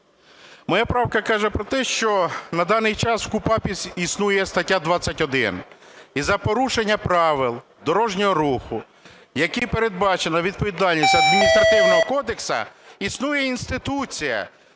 Моя правка каже про те, що на даний час в КУпАП існує стаття 21, і за порушення правил дорожнього руху якою передбачено відповідальність, Адміністративного кодексу. Існує інституція